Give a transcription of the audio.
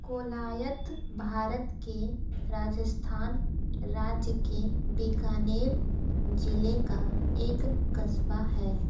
कोलायत भारत के राजस्थान राज्य के बीकानेर ज़िले का एक कस्बा है